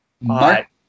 Mark